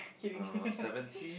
uh seventy